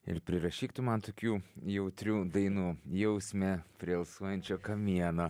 ir prirašyk tu man tokių jautrių dainų jausme prie alsuojančio kamieno